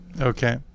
Okay